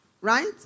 right